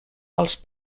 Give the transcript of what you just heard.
als